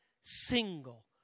single